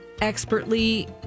expertly